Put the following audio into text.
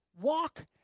Walk